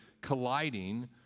colliding